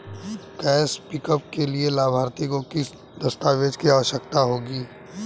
Cash pickup के लिए लाभार्थी को किन दस्तावेजों की आवश्यकता होगी?